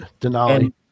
Denali